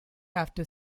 after